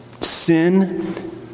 Sin